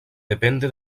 depende